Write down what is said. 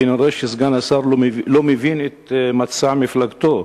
כנראה סגן השר לא מבין את מצע מפלגתו.